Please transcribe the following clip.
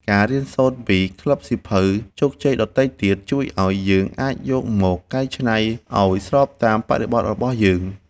ការរៀនសូត្រពីក្លឹបសៀវភៅជោគជ័យដទៃទៀត ជួយឱ្យយើងអាចយកមកកែច្នៃឱ្យស្របតាមបរិបទរបស់យើង។